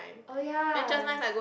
oh ya